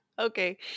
Okay